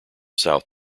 south